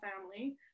family